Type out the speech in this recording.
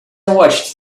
watched